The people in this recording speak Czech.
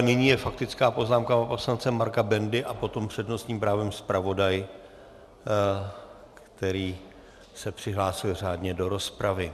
Nyní je faktická poznámka pana poslance Marka Bendy a potom s přednostním právem zpravodaj, který se přihlásil řádně do rozpravy.